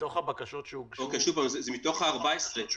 שוב פעם, זה מתוך ה-14.